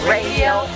Radio